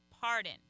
pardon